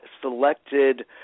selected